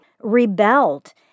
rebelled